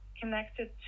connected